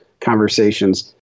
conversations